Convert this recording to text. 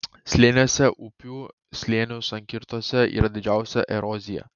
slėniuose upių slėnių sankirtose yra didžiausia erozija